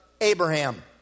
Abraham